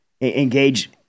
engage